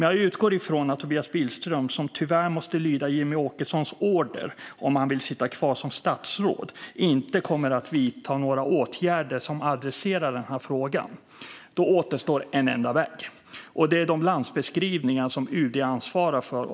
Jag utgår dock från att Tobias Billström, som tyvärr måste lyda Jimmie Åkessons order om han vill sitta kvar som statsråd, inte kommer att vidta några åtgärder som adresserar denna fråga. Då återstår en enda väg, och det är de landbeskrivningar som UD ansvarar för.